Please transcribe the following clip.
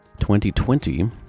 2020